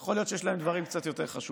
יכול להיות שיש להם דברים קצת יותר חשובים,